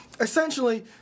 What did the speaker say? Essentially